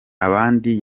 abandi